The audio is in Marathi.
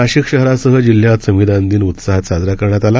नाशिक शहरासह जिल्ह्यात संविधान दिन उत्साहात साजरा करण्यात आला